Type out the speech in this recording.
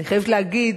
אני חייבת להגיד,